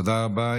תודה רבה.